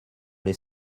les